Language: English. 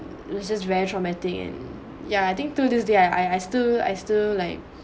was just very traumatic and yeah I think to this day I I still I still like